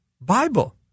Bible